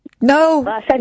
No